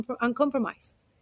uncompromised